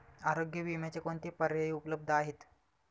आरोग्य विम्याचे कोणते पर्याय उपलब्ध आहेत?